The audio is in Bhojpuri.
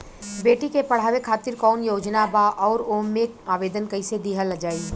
बेटी के पढ़ावें खातिर कौन योजना बा और ओ मे आवेदन कैसे दिहल जायी?